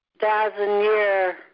thousand-year